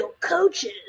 coaches